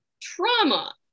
trauma